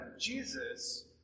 Jesus